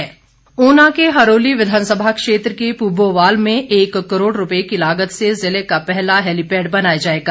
helipad Una के हरोली विधानसभा क्षेत्र के पूबोवाल में एक करोड़ रूपए की लागत से जिले का पहला हैलीपैड बनाया जाएगा